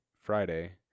Friday